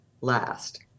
last